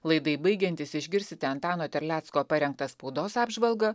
laidai baigiantis išgirsite antano terlecko parengtą spaudos apžvalgą